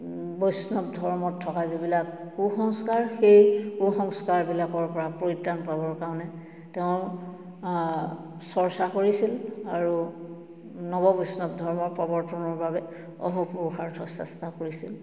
বৈষ্ণৱ ধৰ্মত থকা যিবিলাক কু সংস্কাৰ সেই কু সংস্কাৰবিলাকৰ পৰা পৰিত্ৰাণ পাবৰ কাৰণে তেওঁ চৰ্চা কৰিছিল আৰু নৱবৈষ্ণৱ ধৰ্মৰ প্ৰৱৰ্তনৰ বাবে অহোপুৰোষাৰ্থ চেষ্টা কৰিছিল